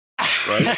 right